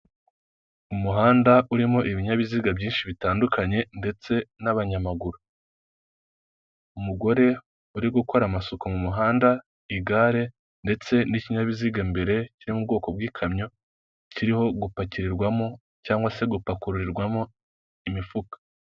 Umuhanda urimo ibinyabiziga byinshi bitandukanye, ndetse n'abanyamaguru. Umugore uri gukora amasuku mu muhanda, igare, ndetse n'ikinyabiziga mbere cyo mu bwoko bw'ikamyo, kiriho gupakirwamo cyangwa se gupakururwamo imifuka.